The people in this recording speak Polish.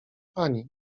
pani